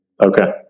Okay